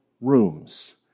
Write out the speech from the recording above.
rooms